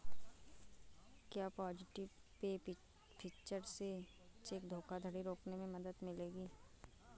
क्या positive pay feature से cheque धोखाधड़ी रोकने में मदद मिलेगी?